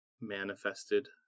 manifested